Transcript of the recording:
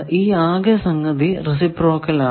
ഈ ആകെ സംഗതി റെസിപ്രോക്കൽ ആണ്